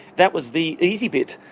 that was the easy bit.